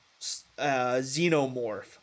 xenomorph